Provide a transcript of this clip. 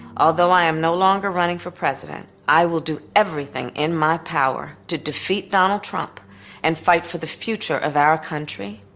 although i am no longer running for president, i will do everything in my power to defeat donald trump and fight for the future of our country,